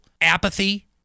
apathy